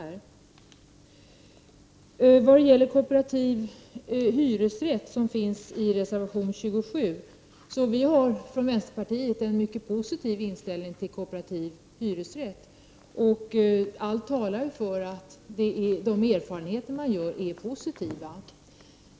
I vad gäller kooperativ hyresrätt, som behandlas i reservation 33, vill jag framhålla att vänsterpartiet har en positiv inställning till en sådan rätt. Allt vittnar om att de erfarenheter som görs är positiva.